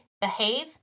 behave